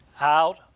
out